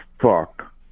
fuck